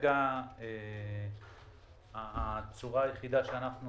כרגע הצורה היחידה שאנחנו